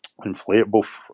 inflatable